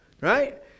right